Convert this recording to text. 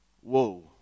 Whoa